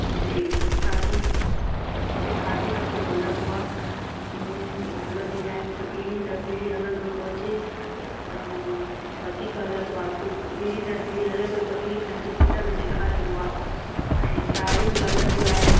हिते खादी हिते खादी कपिड़ो हलंदो आहे चूड़ियूं हलंदियूं आहिनि त पीढ़ी दर पीढ़ी हलंदो थो अचे त वधीक हलंदो आहे पीढ़ी दर पीढ़ीअ हले थो त पीउ पंहिंजे पुटु खे सेखारींदो आहे ऐं साड़ियूं बि हलंदियूं आहिनि